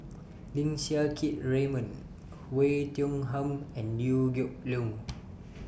Lim Siang Keat Raymond Oei Tiong Ham and Liew Geok Leong